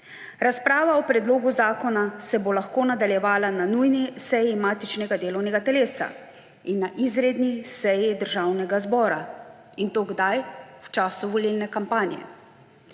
Razprava o predlogu zakona se bo lahko nadaljevala na nujni seji matičnega delovnega telesa in na izredni seji Državnega zbora. In to kdaj? V času volilne kampanje.